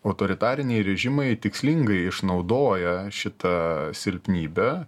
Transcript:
autoritariniai režimai tikslingai išnaudoja šitą silpnybę